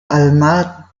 alma